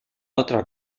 otra